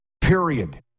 period